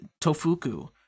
Tofuku